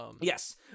yes